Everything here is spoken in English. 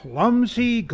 Clumsy